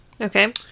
Okay